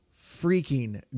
freaking